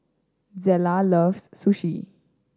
Zela loves Sushi